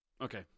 Okay